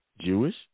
Jewish